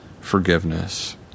forgiveness